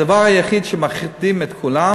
הדבר היחיד שמכריחים את כולם